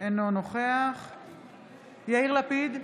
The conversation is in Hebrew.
אינו נוכח יאיר לפיד,